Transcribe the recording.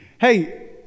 Hey